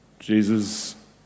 Jesus